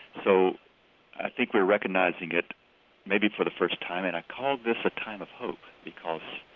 so i think we're recognizing it maybe for the first time. and i call this a time of hope because